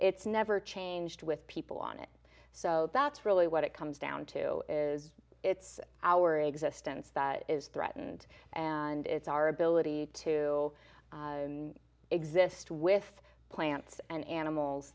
it's never changed with people on it so that's really what it comes down to is it's our existence that is threatened and it's our ability to exist with plants and animals